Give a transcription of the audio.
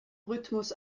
rhythmus